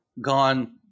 gone